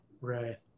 right